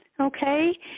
Okay